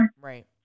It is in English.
Right